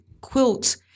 quilts